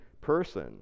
person